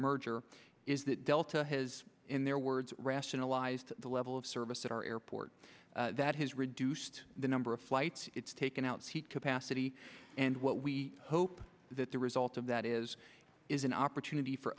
merger is that delta has in their words rationalized the level of service at our airport that has reduced the number of flights it's taken out seat capacity and what we hope that the result of that is is an opportunity for